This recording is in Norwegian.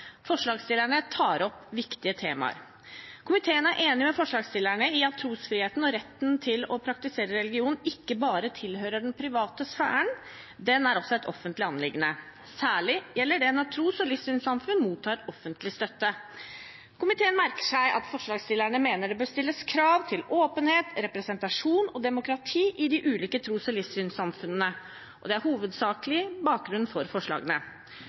Forslagsstillerne tar opp viktige temaer. Komiteen er enig med forslagsstillerne i at trosfrihet og retten til å praktisere religion ikke bare tilhører den private sfæren. Den er også et offentlig anliggende. Særlig gjelder det når tros- og livssynssamfunn mottar offentlig støtte. Komiteen merker seg at forslagsstillerne mener det bør stilles krav til åpenhet, representasjon og demokrati i de ulike tros- og livssynsamfunnene, og det er hovedsakelig bakgrunnen for forslagene.